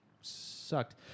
sucked